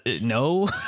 no